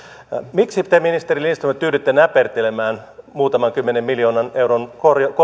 miksi te ministeri lindström tyydytte näpertelemään muutaman kymmenen miljoonan euron